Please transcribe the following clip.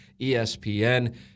ESPN